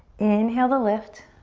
inhale to lift.